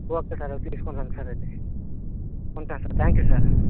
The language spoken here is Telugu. ఓకే సార్ తీసుకొని రండి సార్ అయితే ఉంటాను సార్ థ్యాంక్ యూ సార్